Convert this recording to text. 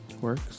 works